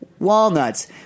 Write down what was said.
Walnuts